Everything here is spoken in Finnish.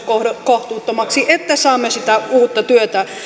kohtuuttomaksi että saamme sitä uutta työtä